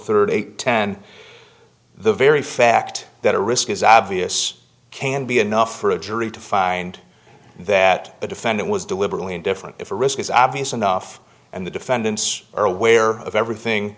thirty eight ten the very fact that a risk is obvious can be enough for a jury to find that the defendant was deliberately indifferent if the risk is obvious enough and the defendants are aware of everything